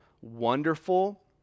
Wonderful